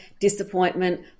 disappointment